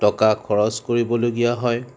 টকা খৰচ কৰিবলগীয়া হয়